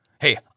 Hey